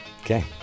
Okay